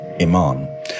Iman